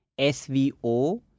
SVO